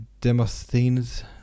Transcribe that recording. Demosthenes